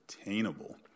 attainable